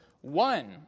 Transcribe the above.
one